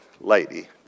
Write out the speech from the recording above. lady